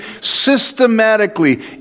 Systematically